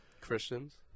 Christians